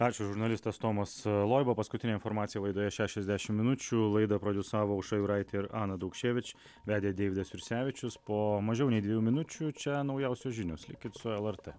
ačiū žurnalistas tomas loiba paskutinė informacija laidoje šešiasdešimt minučių laidą prodiusavo aušra juraitė ir ana daukševič vedė deividas jursevičius po mažiau nei dviejų minučių čia naujausios žinios likit su lrt